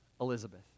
Elizabeth